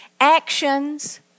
Actions